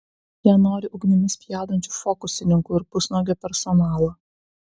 jie nori ugnimi spjaudančių fokusininkų ir pusnuogio personalo